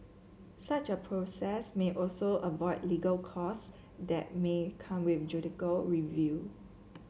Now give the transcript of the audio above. such a process may also avoid legal costs that may come with judicial review